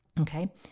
okay